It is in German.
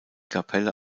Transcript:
kapelle